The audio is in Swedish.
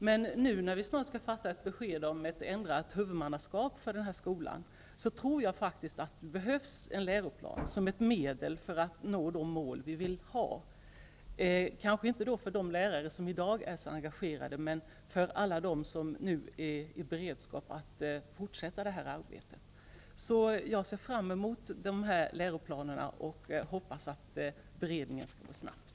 Men nu när vi snart skall fatta beslut om ett ändrat huvudmannskap för skolan, tror jag att det behövs en läroplan som ett medel för att nå de mål vi vill ha. Det gäller kanske inte alla lärare som i dag är engagerade men alla dem som är beredda att fortsätta arbetet. Jag ser fram emot läroplanerna, och jag hoppas att beredningen skall gå snabbt.